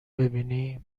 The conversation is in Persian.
ببینی